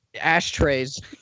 ashtrays